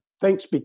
thanks